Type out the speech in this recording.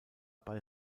bei